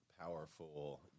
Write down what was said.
powerful